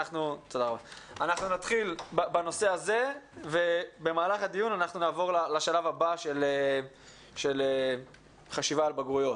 אנחנו נתחיל בנושא הזה ונעבור לנושא של חשיבה על בגרויות.